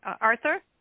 Arthur